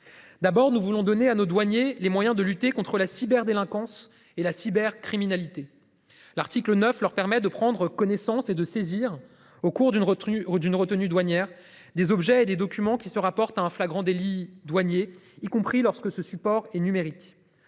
D'abord, nous voulons donner à nos douaniers les moyens de lutter contre la cyberdélinquance et la cyber criminalité. L'article 9, leur permet de prendre connaissance et de saisir au cours d'une recrue d'une retenue douanière des objets, des documents qui se rapportent à un flagrant délit douanier, y compris lorsque ce support et numérique.